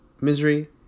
Misery